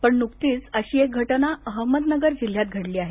पण नुकतीच अशी घटना अहमदनगर जिल्ह्यात घडली आहे